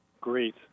great